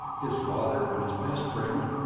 his father and his best friend,